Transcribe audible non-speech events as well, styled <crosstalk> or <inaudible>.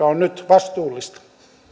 <unintelligible> on vastuullista arvoisa